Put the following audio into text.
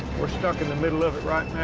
we're stuck in the middle of it right